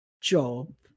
job